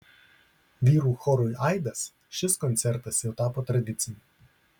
vyrų chorui aidas šis koncertas jau tapo tradiciniu